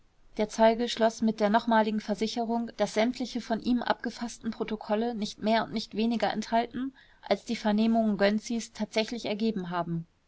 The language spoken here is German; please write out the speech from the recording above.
der zeuge schloß mit der nochmaligen versicherung daß sämtliche von ihm abgefaßten protokolle nicht mehr und nicht weniger enthalten als die vernehmungen gönczis tatsächlich ergeben haben